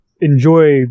enjoy